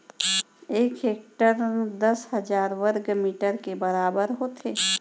एक हेक्टर दस हजार वर्ग मीटर के बराबर होथे